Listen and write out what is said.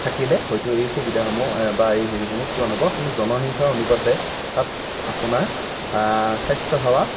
থাকিলে হয়তো এই সুবিধাসমূহ বা হেৰিসমূহ পূৰণ হ'ব কিন্তু জনসংখ্যাৰ অনুপাতে তাত আপোনাৰ স্বাস্থ্যসেৱা